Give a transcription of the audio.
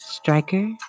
Striker